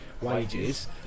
wages